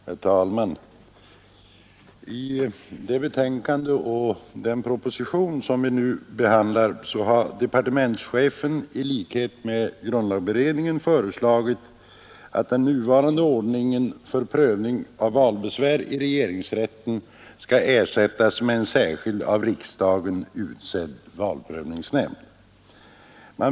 Herr talman! I det betänkande och i den proposition som vi nu behandlar har departementschefen i likhet med grundlagberedningen föreslagit att den nuvarande ordningen för prövning av valbesvär i regeringsrätten skall ersättas med en särskild av riksdagen utsedd valprövningsnämnd.